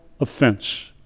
offense